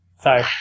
Sorry